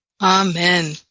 Amen